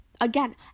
Again